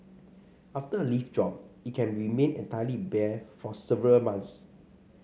after a leaf drop it can remain entirely bare for several months